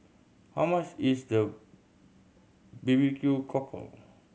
how much is the B B Q Cockle